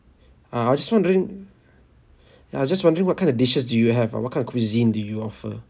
err I just wondering I just wondering what kind of dishes do you have ah what kind of cuisine do you offer